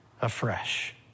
afresh